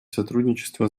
сотрудничество